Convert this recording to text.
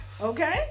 Okay